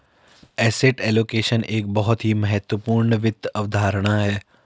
asset allocation एक बहुत ही महत्वपूर्ण वित्त अवधारणा है